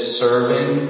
serving